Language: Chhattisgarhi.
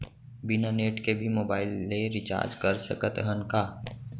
बिना नेट के भी मोबाइल ले रिचार्ज कर सकत हन का?